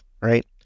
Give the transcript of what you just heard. right